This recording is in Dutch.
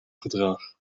gedrag